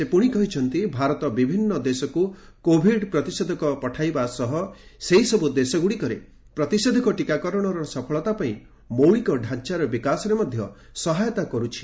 ସେ ପୁଣି କହିଛନ୍ତି ଭାରତ ବିଭିନ୍ନ ଦେଶକୁ କୋଭିଡ୍ ପ୍ରତିଷେଧକ ପଠାଇବା ସହ ସେହି ଦେଶଗ୍ରଡ଼ିକରେ ପ୍ରତିଷେଧକ ଟିକାକରଣର ସଫଳତା ପାଇଁ ମୌଳିକତାଞ୍ଚାର ବିକାଶରେ ମଧ୍ୟ ସହାୟତା କରୁଛି